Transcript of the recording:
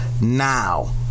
now